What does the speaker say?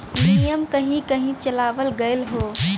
नियम कहीं कही चलावल गएल हौ